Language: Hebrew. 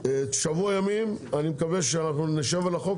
שבוע ימים אני מקווה שאנחנו נשב על החוק